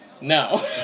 No